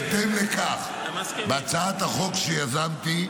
בהתאם לכך, בהצעת החוק שיזמתי,